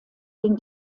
den